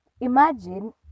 imagine